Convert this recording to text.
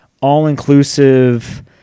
all-inclusive